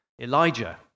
Elijah